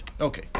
okay